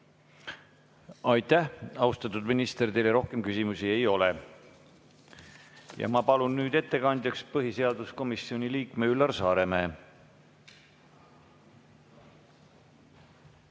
Aitäh, austatud minister! Teile rohkem küsimusi ei ole. Ma palun nüüd ettekandjaks põhiseaduskomisjoni liikme Üllar Saaremäe.